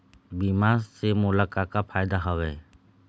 बीमा से मोला का का फायदा हवए?